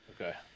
Okay